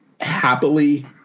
happily